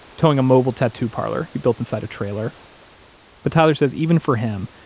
towing a mobile tattoo parlor he built inside a trailer but tyler says even for him,